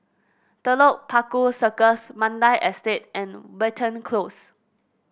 Telok Paku Circus Mandai Estate and Watten Close